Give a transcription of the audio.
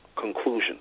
conclusion